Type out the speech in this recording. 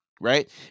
right